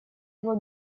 его